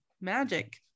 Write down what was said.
magic